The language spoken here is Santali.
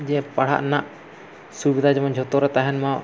ᱡᱮ ᱯᱟᱲᱦᱟᱜ ᱨᱮᱱᱟᱜ ᱥᱩᱵᱤᱫᱟ ᱡᱮᱢᱚᱱ ᱡᱚᱛᱚ ᱨᱮ ᱛᱟᱦᱮᱱ ᱢᱟ